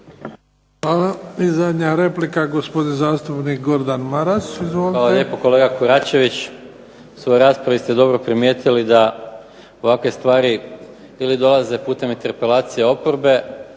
Hvala. I zadnja replika, gospodin zastupnik Gordan Maras. Izvolite. **Maras, Gordan (SDP)** Hvala lijepo. Kolega Koračević u raspravi ste dobro primijetili da ovakve stvari ili dolaze putem interpelacije oporbe